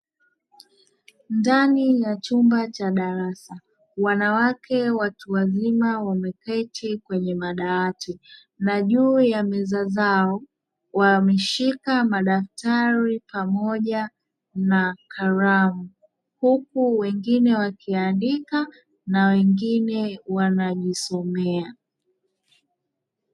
Ndani ya chumba cha darasa wanawake watuwazima wameketi kwenye madawati na juu ya meza zao, Wameshika madaftari pamoja na kalamu huku wengine wakiandika na wengine wanajisomea.